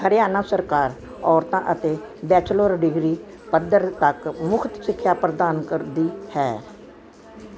ਹਰਿਆਣਾ ਸਰਕਾਰ ਔਰਤਾਂ ਅਤੇ ਬੈਚਲਰ ਡਿਗਰੀ ਪੱਧਰ ਤੱਕ ਮੁਫ਼ਤ ਸਿੱਖਿਆ ਪ੍ਰਦਾਨ ਕਰਦੀ ਹੈ